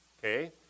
Okay